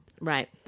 right